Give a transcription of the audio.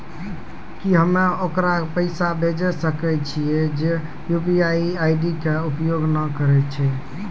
की हम्मय ओकरा पैसा भेजै सकय छियै जे यु.पी.आई के उपयोग नए करे छै?